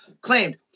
claimed